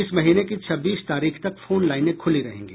इस महीने की छब्बीस तारीख तक फोन लाइनें खुली रहेंगी